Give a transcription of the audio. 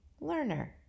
learner